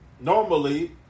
normally